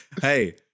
hey